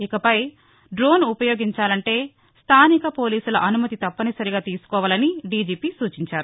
ఇకపై డ్రోన్ ఉపయోగించాలంటే స్థానిక పోలీసుల అనుమతి తప్పనిసరిగా తీసుకోవాలని దీజీపీ సూచించారు